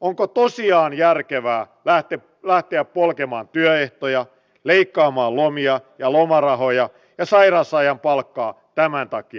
onko tosiaan järkevää lähteä polkemaan työehtoja leikkaamaan lomia ja lomarahoja ja sairausajan palkkaa tämän takia